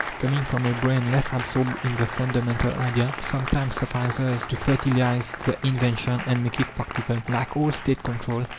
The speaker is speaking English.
coming from a brain less absorbed in the fundamental idea, sometimes suffices to fertilize the invention and make it practical. like all state control,